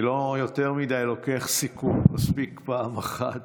אני לא יותר מדי לוקח סיכון, מספיק פעם אחת.